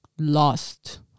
lost